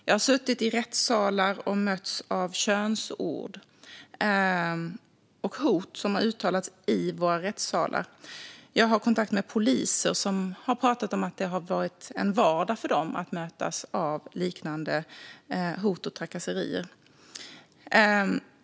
Jag har suttit i rättssalar och mötts av könsord och hot som har uttalats där. Jag har kontakt med poliser som har pratat om att det har varit en vardag för dem att mötas av liknande hot och trakasserier.